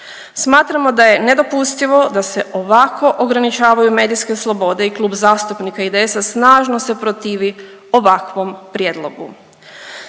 Smatramo da je nedopustivo da se ovako ograničavaju medijske slobode i Klub zastupnika IDS-a snažno se protivi ovakvom prijedlogu.